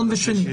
הראשון והשני.